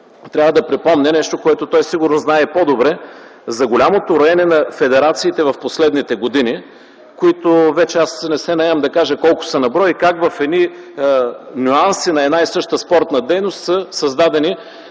трябва да припомня нещо, което сигурно знае по-добре. За голямото роене на федерациите в последните години, които вече не се наемам да кажа колко са на брой и как в едни нюанси на една и съща спортна дейност са създадени